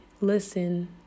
listen